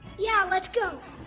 yeah, let's go.